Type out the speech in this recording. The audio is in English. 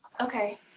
Okay